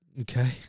Okay